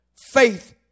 faith